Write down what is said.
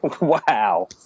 Wow